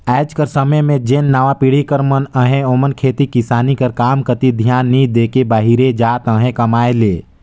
आएज कर समे में जेन नावा पीढ़ी कर मन अहें ओमन खेती किसानी कर काम कती धियान नी दे के बाहिरे जात अहें कमाए ले